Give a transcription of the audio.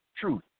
truth